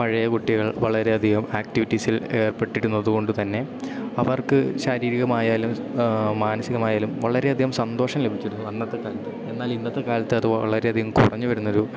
പഴയ കുട്ടികൾ വളരെയധികം ആക്ടിവിറ്റീസിൽ ഏർപ്പെട്ടിരുന്നത് കൊണ്ടു തന്നെ അവർക്ക് ശാരീരികമായാലും മാനസികമായാലും വളരെയധികം സന്തോഷം ലഭിച്ചിരുന്നു അന്നത്തെ കാലത്ത് എന്നാൽ ഇന്നത്തെ കാലത്ത് അതു വളരെയധികം കുറഞ്ഞു വരുന്നൊരു